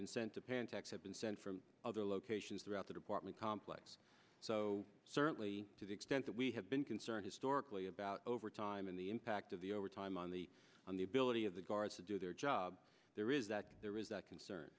been sent to pentax have been sent from other locations throughout that apartment complex so certainly to the extent that we have been concerned historically about overtime and the impact of the overtime on the on the ability of the guards to do their job there is that there is that concern